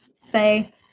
say